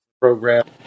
program